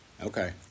Okay